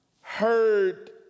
heard